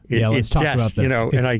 yeah, let's talk you know and like